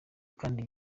kandi